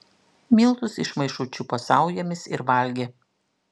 miltus iš maišų čiupo saujomis ir valgė